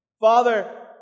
Father